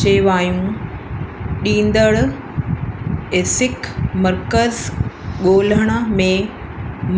शेवाऊं ॾींदडू एसिक मर्कज़ ॻोल्हण में